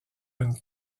une